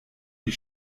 die